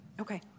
Okay